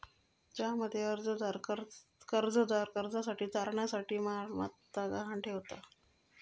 ज्यामध्ये कर्जदार कर्जासाठी तारणा साठी काही मालमत्ता गहाण ठेवता